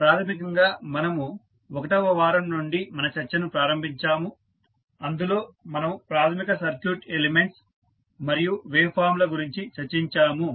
ప్రాథమికంగా మనము 1 వ వారం నుండి మన చర్చను ప్రారంభించాము అందులో మనము ప్రాథమిక సర్క్యూట్ ఎలిమెంట్స్ మరియు వేవ్ ఫామ్ ల గురించి చర్చించాము